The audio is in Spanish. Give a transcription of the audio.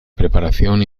preparación